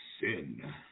sin